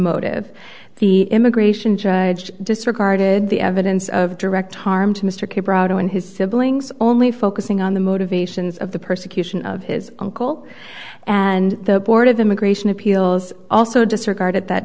motive the immigration judge disregarded the evidence of direct harm to mr cooper out on his siblings only focusing on the motivations of the persecution of his uncle and the board of immigration appeals also disregarded that